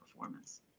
performance